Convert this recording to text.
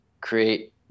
Create